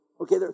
Okay